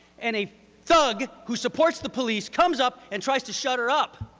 and a thug who supports the police comes up and tries to shut her up.